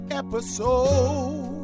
episode